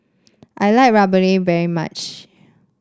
I like rempeyek very much